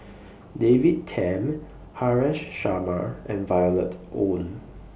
David Tham Haresh Sharma and Violet Oon